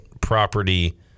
property